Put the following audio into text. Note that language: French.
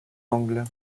angles